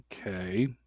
Okay